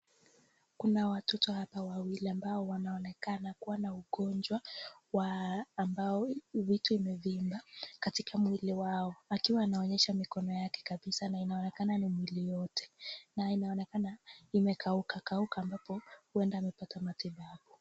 Kuna watoto hapa wawili ambao wanaonekana kuwa na ugonjwa wa ambao vitu vimevimba katika mwili wao. Akiwa anaonyesha mikono yake kabisa na inaonekana ni mwili yote na inaonekana imekauka kauka ambapo huenda amepata matibabu.